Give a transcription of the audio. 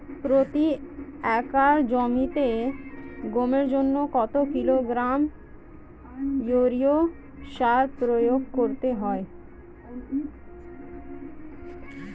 প্রতি একর জমিতে গমের জন্য কত কিলোগ্রাম ইউরিয়া সার প্রয়োগ করতে হয়?